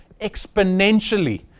exponentially